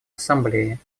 ассамблеи